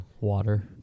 water